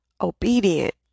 obedient